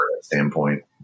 standpoint